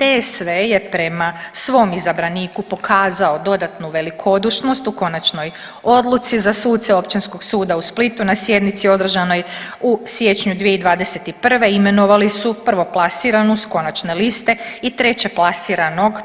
DSV je prema svom izabraniku pokazao dodatnu velikodušnost u konačnoj odluci za suce Općinskog suda u Splitu na sjednici održanoj u siječnju 2021. imenovali su prvoplasiranu s konačne liste i trećeplasiranog